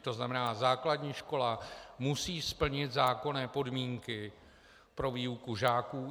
To znamená, základní škola musí splnit zákonné podmínky pro výuku žáků.